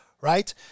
right